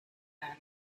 pan